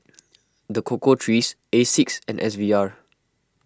the Cocoa Trees Asics and S V R